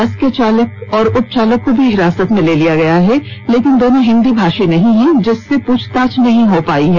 बस के चालक और उपचालक को भी हिरासत में लिया गया है लेकिन दोनों हिंदी भाषा नहीं जानते जिससे पूछताछ नहीं हो पाई है